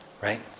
right